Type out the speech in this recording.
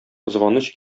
кызганыч